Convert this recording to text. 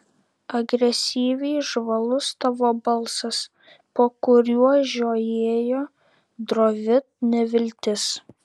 agresyviai žvalus tavo balsas po kuriuo žiojėjo drovi neviltis